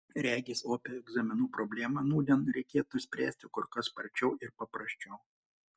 regis opią egzaminų problemą nūdien reikėtų spręsti kur kas sparčiau ir paprasčiau